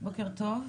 בוקר טוב.